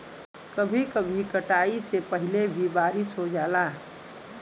कभी कभी कटाई से पहिले भी बारिस हो जाला